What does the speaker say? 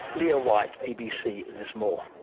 leah white, abc lismore.